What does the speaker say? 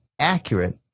accurate